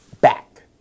back